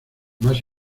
más